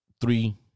three